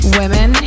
women